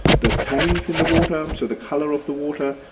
the tannins in the water, so the colour of the water,